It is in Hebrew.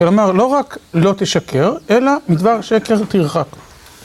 כלומר, לא רק לא תשקר, אלא מדבר שקר תרחק.